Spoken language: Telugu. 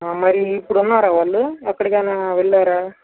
మరి ఇప్పుడు ఉన్నారా వాళ్ళు ఎక్కడికైనా వెళ్ళారా